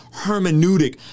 hermeneutic